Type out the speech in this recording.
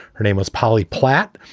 her name was polly platt.